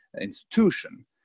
institution